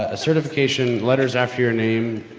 ah certifications, letters after your name,